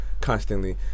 constantly